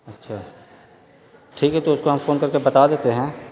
اچھا ٹھیک ہے تو اس کو ہم فون کر کے بتا دیتے ہیں